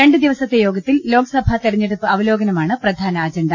രണ്ട് ദിവസത്തെ യോഗത്തിൽ ലോക്സഭാ തെരഞ്ഞെടുപ്പ് അവലോകനമാണ് പ്രധാന അജണ്ട